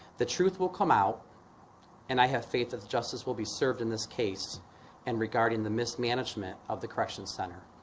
the truth will come out and i have features justice will be served in this case in and regarding the mismanagement of the corrections center